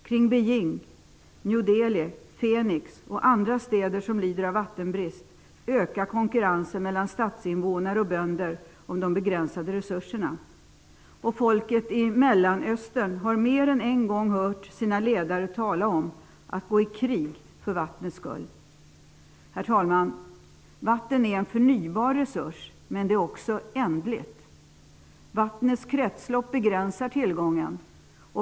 Kring Peking, New Delhi, Phoenix och andra städer som lider av vattenbrist ökar konkurrensen mellan stadsinvånare och bönder om de begränsade resurserna. Folket i Mellanöstern har mer än en gång hört sina ledare tala om att gå i krig för vattnets skull. Herr talman! Vatten är en förnybar resurs, men den är också ändlig. Vattnets kretslopp begränsar tillgången.